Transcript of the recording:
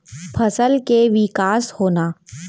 फसल वृद्धि चरण माने का होथे?